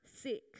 sick